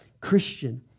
Christian